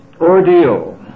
ordeal